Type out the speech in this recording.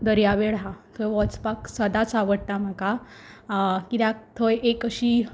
दर्यावेळ हा थंय वोचपाक सदांच आवडटा म्हाका कित्याक थंय एक अशी